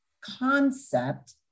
concept